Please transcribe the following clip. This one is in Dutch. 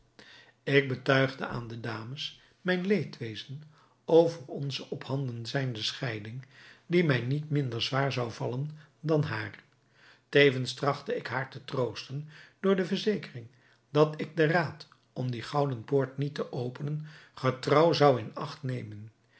ik betuigde aan de dames mijn leedwezen over onze ophanden zijnde scheiding die mij niet minder zwaar zou vallen dan haar tevens trachtte ik haar te troosten door de verzekering dat ik den raad om die gouden poort niet te openen getrouw zou in acht nemen